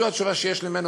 זו התשובה שיש לי ממנו,